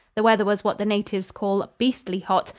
the weather was what the natives call beastly hot,